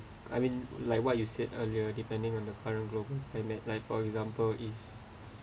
I mean like what you said earlier depending on the current global I meant like for example if